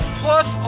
plus